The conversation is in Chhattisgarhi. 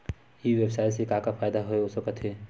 ई व्यवसाय से का का फ़ायदा हो सकत हे?